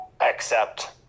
accept